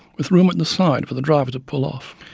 with room at the side for the driver to pull off.